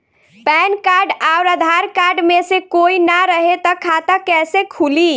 Pan card आउर Aadhaar card मे से कोई ना रहे त खाता कैसे खुली?